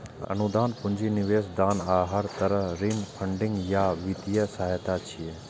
अनुदान, पूंजी निवेश, दान आ हर तरहक ऋण फंडिंग या वित्तीय सहायता छियै